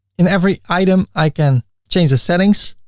in every item i can change the settings,